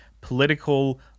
political